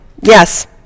Yes